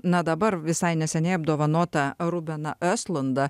na dabar visai neseniai apdovanotą rubeną eslandą